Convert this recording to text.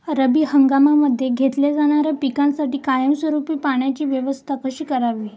रब्बी हंगामामध्ये घेतल्या जाणाऱ्या पिकांसाठी कायमस्वरूपी पाण्याची व्यवस्था कशी करावी?